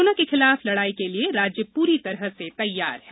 corona के खिलाफ लडाई के लिये राज्य पूरी तरह से तैयार है